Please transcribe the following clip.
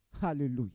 Hallelujah